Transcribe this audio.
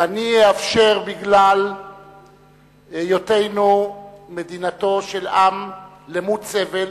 ואני אאפשר, בגלל היותנו מדינתו של עם למוד-סבל,